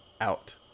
out